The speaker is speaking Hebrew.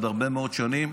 עוד הרבה מאוד שנים.